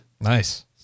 Nice